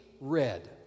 red